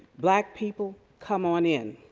black people, come on in.